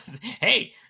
Hey